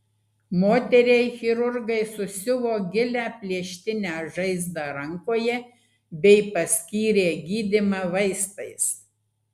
moteriai chirurgai susiuvo gilią plėštinę žaizdą rankoje bei paskyrė gydymą vaistais